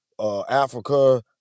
Africa